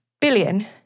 billion